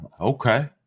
okay